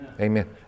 Amen